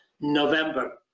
November